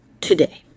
today